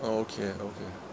oh okay okay